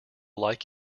like